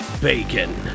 Bacon